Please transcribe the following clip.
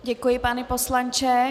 Děkuji, pane poslanče.